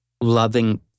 loving